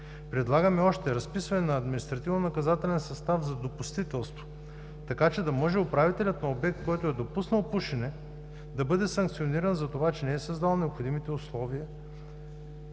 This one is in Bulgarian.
Предлагаме още разписване на административнонаказателен състав за допустителство, така че да може управителят на обект, който е допуснал пушене, да бъде санкциониран за това, че не е създал необходимите условия